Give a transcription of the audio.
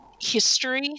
history